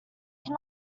can